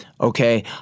Okay